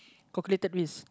calculated risk